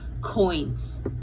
coins